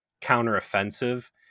counteroffensive